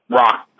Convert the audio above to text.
rock